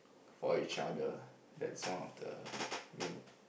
for each other that's one of the main